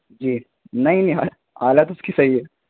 جی نہیں یار حالت اس کی صحیح ہے